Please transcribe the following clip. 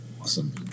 awesome